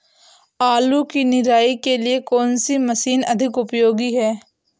आलू की निराई के लिए कौन सी मशीन अधिक उपयोगी है?